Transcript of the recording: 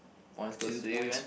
points goes to you and